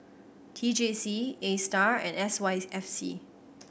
T J C Astar and S Y F C